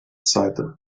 sighed